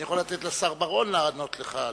אם כי אני יכול לתת לשר בר-און לענות לך.